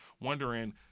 wondering